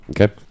Okay